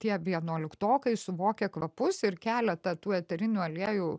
tie vienuoliktokai suvokia kvapus ir keletą tų eterinių aliejų